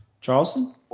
Charleston